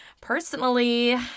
personally